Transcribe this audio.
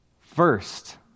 First